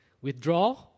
Withdraw